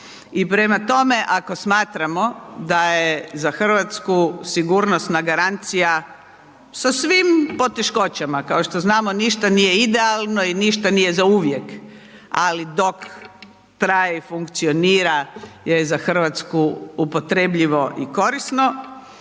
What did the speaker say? I prema tome, ako smatramo da je za Hrvatsku sigurnosna garancija sa svim poteškoćama, kao što znamo ništa nije idealno i ništa nije zauvijek, ali dok, traje i funkcionira za Hrvatsku upotrebljivo i korisno,